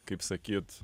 kaip sakyt